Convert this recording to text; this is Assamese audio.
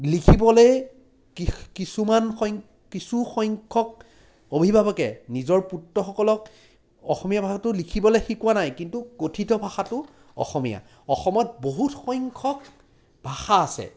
লিখিবলৈ কি কিছুমান সং কিছুসংখ্যক অভিভাৱকে নিজৰ পুত্ৰসকলক অসমীয়া ভাষাটো লিখিবলৈ শিকোৱা নাই কিন্তু কথিত ভাষাটো অসমীয়া অসমত বহুত সংখ্যক ভাষা আছে